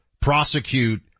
prosecute